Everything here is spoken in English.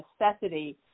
necessity